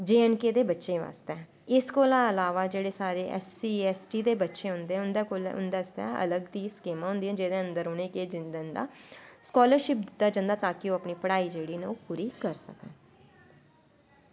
J and K दे बच्चें बास्तै इस कोला इलाबा साढ़े जेह्ड़े ऐस सी ऐस टी दे बच्चे होंदे उंदै आस्तै अलग दी स्कीमां होंदियां जिंदे आन्गर उनेंगी केह् दित्ता जंदा सकालर्शिप दित्ता जंदा ताकि ओह् ताकि ओह् अपनी पड़ाई जेह्ड़ी न पूरी करी सकन